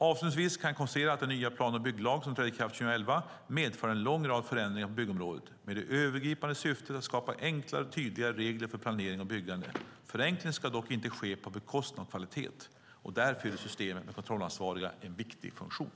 Avslutningsvis kan jag konstatera att den nya plan och bygglag som trädde i kraft 2011 medförde en lång rad förändringar på byggområdet, med det övergripande syftet att skapa enklare och tydligare regler för planering och byggande. Förenkling ska dock inte ske på bekostnad av kvalitet, och där fyller systemet med kontrollansvariga en viktig funktion.